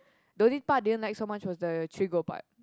the only part I didn't like so much was the trigo part